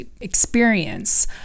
experience